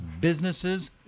businesses